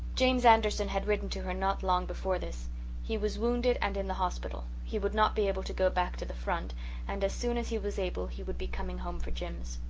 james anderson had written to her not long before this he was wounded and in the hospital he would not be able to go back to the front and as soon as he was able he would be coming home for jims.